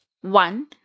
one